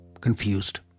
confused